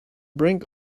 brink